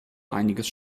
einiges